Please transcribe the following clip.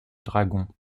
dragon